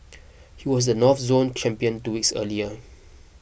he was the North Zone champion two weeks earlier